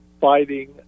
fighting